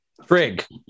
Frig